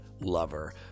Lover